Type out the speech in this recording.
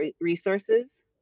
resources